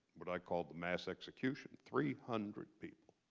what i call the mass execution, three hundred people